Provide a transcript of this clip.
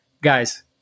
guys